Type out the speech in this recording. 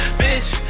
bitch